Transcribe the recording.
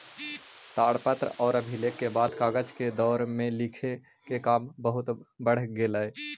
ताड़पत्र औउर अभिलेख के बाद कागज के दौर में लिखे के काम बहुत बढ़ गेलई